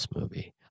movie